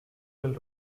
del